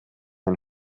ein